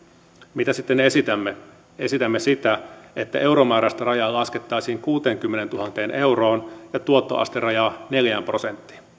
mitä sitten esitämme esitämme sitä että euromääräistä rajaa laskettaisiin kuuteenkymmeneentuhanteen euroon ja tuottoasterajaa neljään prosenttiin